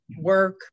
work